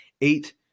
eight